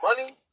money